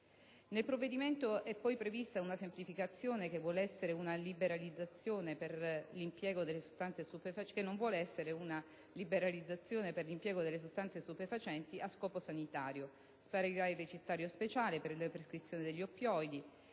Nel provvedimento è poi prevista una semplificazione, che non vuol essere una liberalizzazione, per l'impiego delle sostanze stupefacenti a scopo sanitario. Sparirà il ricettario speciale per la prescrizione degli oppioidi.